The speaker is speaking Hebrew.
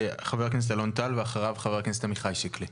חה"כ אלון טל ואחריו חה"כ עמיחי שיקלי.